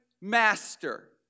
master